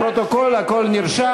בפרוטוקול הכול נרשם.